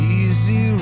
easy